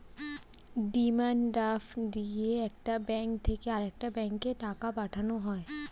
demand draft দিয়ে একটা bank থেকে আরেকটা ব্যাঙ্কে টাকা পাঠানো হয়